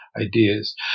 ideas